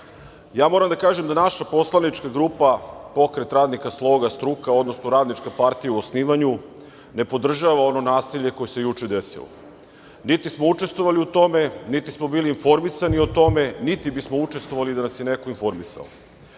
moram da kažem da naša poslanička grupa Pokret radnika - sloga, struka, odnosno Radnička partija u osnivanju ne podržava ono nasilje koje se juče desilo, niti smo učestvovali u tome, niti smo bili informisani o tome, niti bismo učestvovali da nas je neko informisao. Želeo